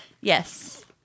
yes